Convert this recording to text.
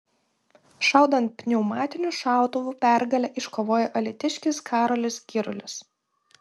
šaudant pneumatiniu šautuvu pergalę iškovojo alytiškis karolis girulis